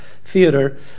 Theater